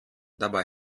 dabei